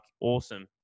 awesome